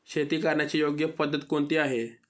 शेती करण्याची योग्य पद्धत कोणती आहे?